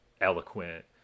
eloquent